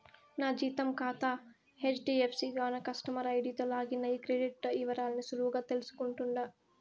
నా జీతం కాతా హెజ్డీఎఫ్సీ గాన కస్టమర్ ఐడీతో లాగిన్ అయ్యి క్రెడిట్ ఇవరాల్ని సులువుగా తెల్సుకుంటుండా